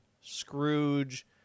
Scrooge